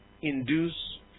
induce